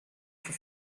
for